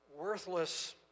worthless